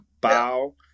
bow